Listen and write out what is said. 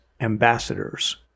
Ambassadors